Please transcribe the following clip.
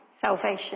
salvation